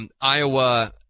Iowa